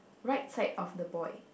right side of the boy